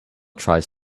tries